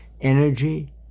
energy